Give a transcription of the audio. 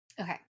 Okay